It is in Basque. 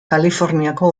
kaliforniako